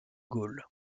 gaulle